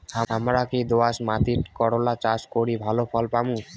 হামরা কি দোয়াস মাতিট করলা চাষ করি ভালো ফলন পামু?